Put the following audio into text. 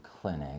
Clinic